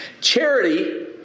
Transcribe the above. Charity